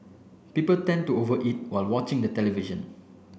people tend to over eat while watching the television